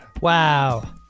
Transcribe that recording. Wow